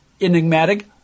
enigmatic